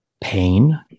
pain